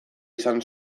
izan